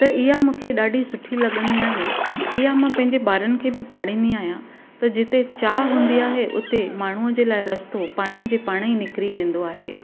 त इअ मूंखे ॾाढी सुठी लॻंदी आहे इअ मां पंहिंजे ॿारनि खे बि पाढ़ींदी आहियां त जिते चाह हूंदी आहे हुते माण्हूअ जे लाइ रस्तो पाणे जे पाणे ई निकिरी वेंदो आहे